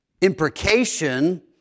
imprecation